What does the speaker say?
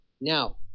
Now